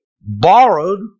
borrowed